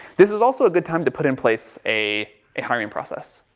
this is also a good time to put in place a, a hiring process.